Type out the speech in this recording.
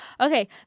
okay